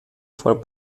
for